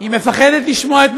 היא מדברת,